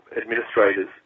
administrators